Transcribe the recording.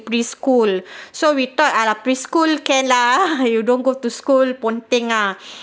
preschool so we thought alah preschool can lah you don't go to school ponteng ah